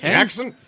Jackson